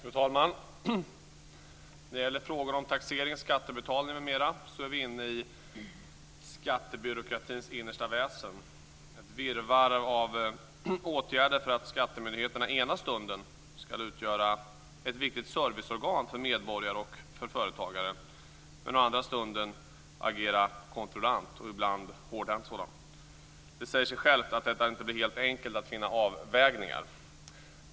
Fru talman! När det gäller frågorna om taxering, skattebetalning m.m. är vi inne i skattebyråkratins innersta väsen. Det är ett virrvarr av åtgärder för att skattemyndigheterna ena stunden ska utgöra ett viktigt serviceorgan för medborgare och företagare och den andra stunden agera kontrollant, och ibland hårdhänt sådan. Det säger sig självt att det inte blir helt enkelt att finna avvägningar här.